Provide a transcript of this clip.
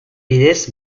bidez